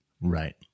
right